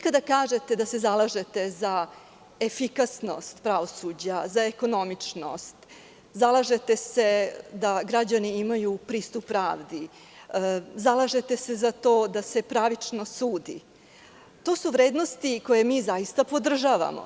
Kada kažete da se zalažete za efikasnost pravosuđa, za ekonomičnost, zalažete se da građani imaju pristup pravdi, zalažete se za to da se pravično sudi, to su vrednosti koje mi zaista podržavamo.